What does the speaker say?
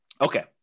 Okay